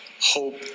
hope